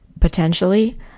potentially